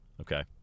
Okay